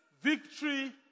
victory